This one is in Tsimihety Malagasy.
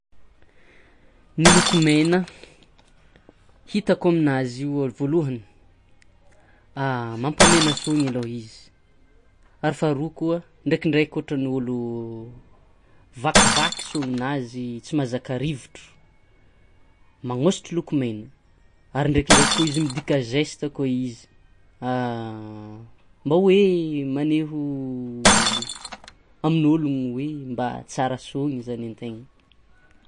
Ny loko mena, hitako aminazy io voalohany mampamena sonony aloha izy, ary faharoa koa ndrekindreky koa ny olo vakivaky sognonazy tsy mahazaka rivotro magnosotro lokomena, ary ndrekindreky koa izy midika zesta koa izy mba hoe maneho amin'ologno hoe mba tsara sono zany antegna.